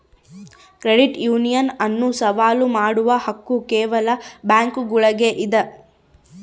credit union ಅನ್ನು ಸವಾಲು ಮಾಡುವ ಹಕ್ಕು ಕೇವಲ ಬ್ಯಾಂಕುಗುಳ್ಗೆ ಇದ